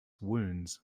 wounds